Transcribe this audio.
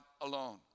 alone